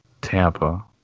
Tampa